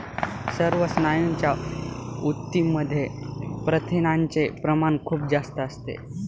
सर्व स्नायूंच्या ऊतींमध्ये प्रथिनांचे प्रमाण खूप जास्त असते